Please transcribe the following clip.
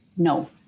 No